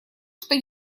что